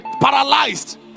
paralyzed